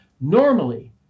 Normally